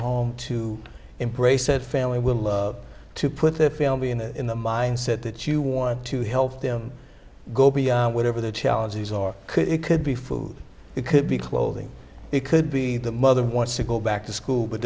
home to embrace that family will to put the family in the in the mindset that you want to help them go beyond whatever the challenges or it could be food it could be clothing it could be the mother wants to go back to school but